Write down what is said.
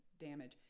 damage